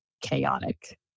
chaotic